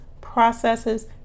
processes